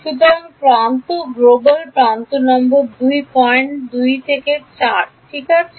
সুতরাং প্রান্ত গ্লোবাল প্রান্ত নম্বর 5 পয়েন্ট 2 থেকে 4 ঠিক আছে